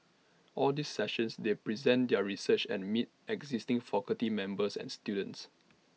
all these sessions they present their research and meet existing faculty members and students